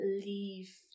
leave